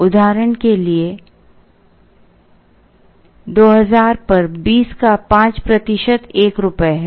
उदाहरण के लिए 2000 पर 20 का 5 प्रतिशत 1 रुपये है